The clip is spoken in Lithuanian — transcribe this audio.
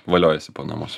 voliojasi po namus